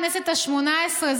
הכנסת השמונה עשרה,